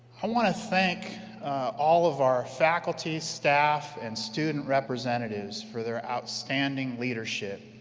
i want to thank all of our faculty, staff and student representatives for their outstanding leadership.